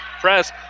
press